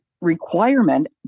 requirement